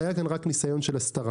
היה כאן רק ניסיון של הסתרה.